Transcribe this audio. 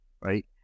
right